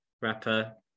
rapper